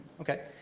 Okay